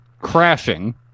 Crashing